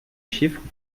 chiffres